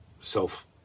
self